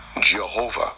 Jehovah